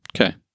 Okay